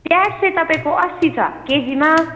प्याज चाहिँ तपाईँको असी छ केजीमा